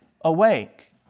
awake